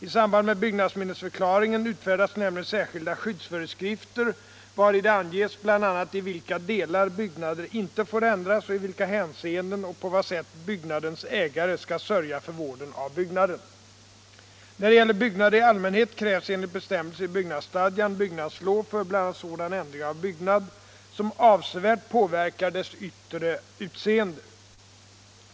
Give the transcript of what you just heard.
I samband med byggnadsminnesförklaringen utfärdas nämligen särskilda skyddsföreskrifter vari det anges bl.a. i vilka delar byggnader inte får ändras och i vilka hänsenden och på vad sätt byggnadens ägare skall sörja för vården av byggnaden. När det gäller byggnader i allmänhet krävs enligt bestämmelser i bygg sevärt påverkar dess yttre utseende.